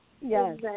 Yes